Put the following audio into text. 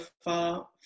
far